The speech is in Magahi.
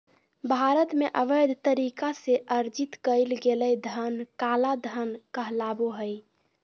भारत में, अवैध तरीका से अर्जित कइल गेलय धन काला धन कहलाबो हइ